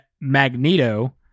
Magneto